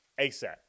ASAP